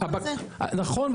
נכון,